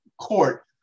court